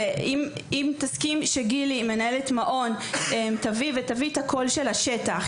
ואם תסכים שגילי מנהלת מעון תדבר ותביא את הקול של השטח,